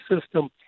system